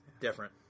Different